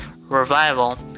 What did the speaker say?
revival